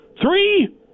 three